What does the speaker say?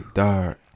dark